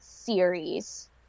series